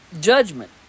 judgment